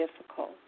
difficult